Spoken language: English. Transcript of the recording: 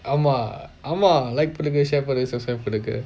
aama aama like பன்னுங்க:pannunga share பன்னுங்க:pannunga subscribe பன்னுங்க:pannunga